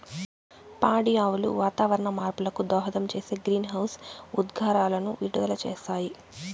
పాడి ఆవులు వాతావరణ మార్పులకు దోహదం చేసే గ్రీన్హౌస్ ఉద్గారాలను విడుదల చేస్తాయి